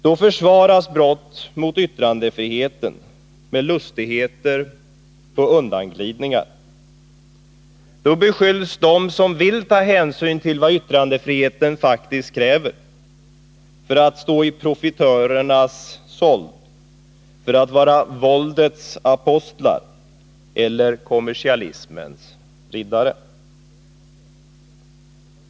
Då försvaras brott mot yttrandefriheten med lustigheter och undanglidningar. Då beskylls de som vill ta hänsyn till vad yttrandefriheten faktiskt kräver för att stå i profitörernas sold, för att vara våldets apostlar eller kommersialismens riddare.